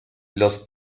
los